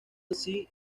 así